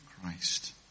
Christ